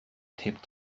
taped